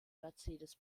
mercedes